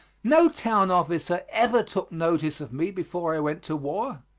no town officer ever took notice of me before i went to war.